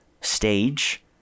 stage